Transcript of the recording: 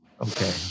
Okay